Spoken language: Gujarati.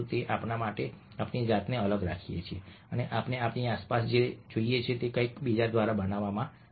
તેથી જો આપણે આપણી જાતને અલગ રાખીએ તો પણ આપણે આપણી આસપાસ જે જોઈએ છીએ તે કોઈ બીજા દ્વારા બનાવવામાં આવ્યું છે